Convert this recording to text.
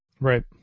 Right